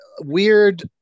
weird